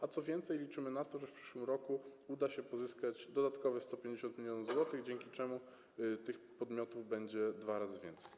A co więcej, liczymy na to, że w przyszłym roku uda się pozyskać dodatkowe 150 mln zł, dzięki czemu tych podmiotów będzie dwa razy więcej.